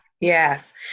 Yes